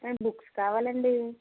నాకు బుక్స్ కావాలి అండి